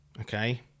Okay